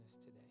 today